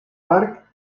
park